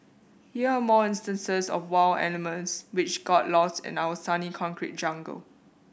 here are more instances of wild animals which got lost in our sunny concrete jungle